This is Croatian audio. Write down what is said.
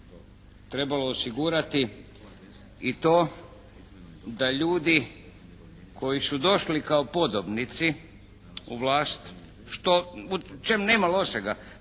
trebalo osigurati i to da ljudi koji su došli kao podobnici u vlast što, u čem nema lošega.